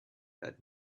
heard